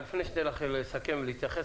לפני שאני אתן לך לסכם ולהתייחס,